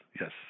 yes